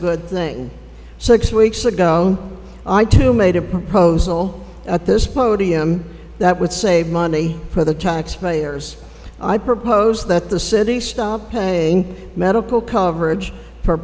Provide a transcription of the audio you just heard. good thing six weeks ago i too made a proposal at this podium that would save money for the taxpayers i proposed that the city stop paying medical coverage for